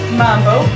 mambo